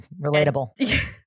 Relatable